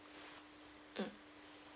mm